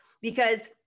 because-